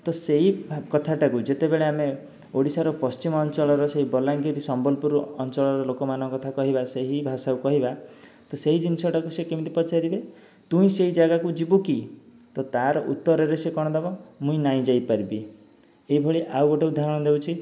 ତ ସେହି କଥାଟାକୁ ଯେତେବେଳେ ଆମେ ଓଡ଼ିଶାର ପଶ୍ଚିମ ଅଞ୍ଚଳର ସେଇ ବଲାଙ୍ଗୀର ସମ୍ବଲପୁର ଅଞ୍ଚଳର ଲୋକ ମାନଙ୍କ କଥା କହିବା ସେହି ଭାଷା କହିବା ତ ସେଇ ଜିନିଷଟାକୁ ସେ କେମିତି ପଚାରିବେ ତୁଇ ସେଇ ଜାଗାକୁ ଯିବୁ କି ତ ତାର ଉତ୍ତରରେ ସେ କଣ ଦେବ ମୁଇଁ ନାଇଁ ଯାଇପାରିବି ଏହିଭଳି ଆଉ ଗୋଟିଏ ଉଦାହରଣ ଦେଉଛି